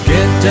Get